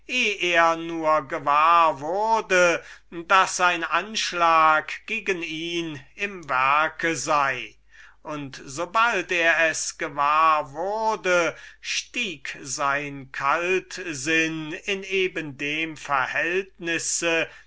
gewahr wurde daß ein anschlag gegen ihn im werke sei und von dem augenblick da er es gewahr wurde stieg sein kaltsinn nach dem verhältnis